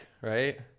right